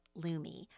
Lumi